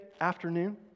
afternoon